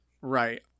Right